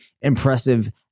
impressive